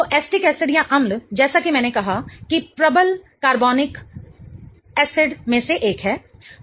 तो एसिटिक एसिडअम्ल जैसा कि मैंने कहा कि प्रबल कार्बनिक एसिड अम्ल में से एक है